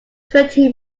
twenty